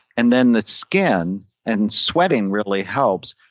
and then the skin and sweating really helps.